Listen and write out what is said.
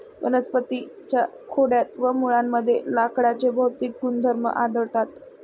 वनस्पतीं च्या खोडात व मुळांमध्ये लाकडाचे भौतिक गुणधर्म आढळतात